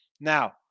Now